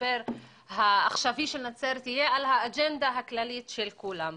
והמשבר העכשווי של נצרת יהיה על האג'נדה הכללית של כולם.